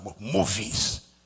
Movies